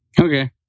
Okay